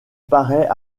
paraît